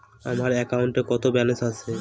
আমার অ্যাকাউন্টে কত ব্যালেন্স আছে?